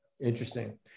Interesting